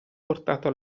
portato